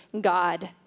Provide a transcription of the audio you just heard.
God